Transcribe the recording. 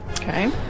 Okay